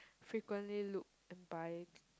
frequently look and buy